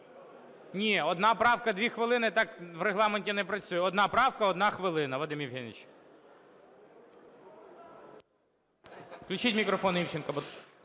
Ні, одна правка – 2 хвилини, так в Регламенті не працює. Одна правка – 1 хвилина, Вадим Євгенович. Включіть мікрофон Івченку.